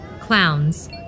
clowns